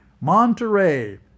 Monterey